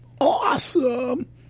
Awesome